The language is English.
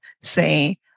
say